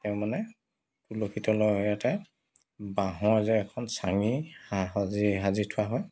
তেওঁক মানে তুলসী তলৰ হেৰিয়াতে বাঁহৰ যে এখন চাঙি সা সাজি সাজি থোৱা হয়